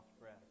breath